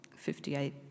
58